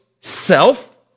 self